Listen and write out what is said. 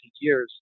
years